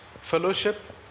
fellowship